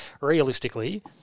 realistically